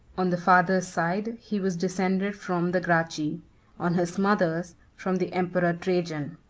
on the father's side he was descended from the gracchi on his mother's, from the emperor trajan.